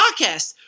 Podcast